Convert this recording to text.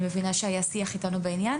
ואני מבינה שהיה שיח איתנו בעניין